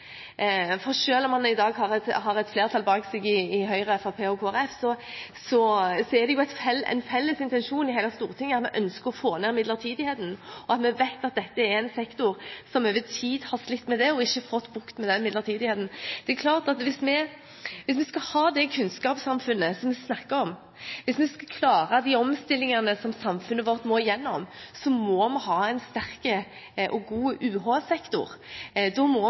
For selv om man i dag har et flertall bak seg i Høyre, Fremskrittspartiet og Kristelig Folkeparti, ser vi en felles intensjon i hele Stortinget når det gjelder ønsket om å få ned midlertidigheten. Vi vet at dette er en sektor som over tid har slitt med midlertidigheten og ikke fått bukt med den. Hvis vi skal ha det kunnskapssamfunnet vi snakker om, og klare de omstillingene som samfunnet vårt må igjennom, må vi ha en sterk og god UH-sektor. Vi må tiltrekke oss de beste og mest attraktive forskerne. Da må